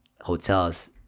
hotels